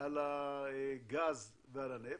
על הגז ועל הנפט,